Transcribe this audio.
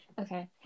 Okay